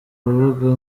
rubuga